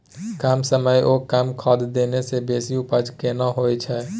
कम समय ओ कम खाद देने से बेसी उपजा केना होय छै?